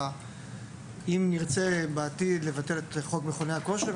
אם נרצה בעתיד לבטל את חוק מכוני הכושר,